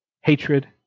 hatred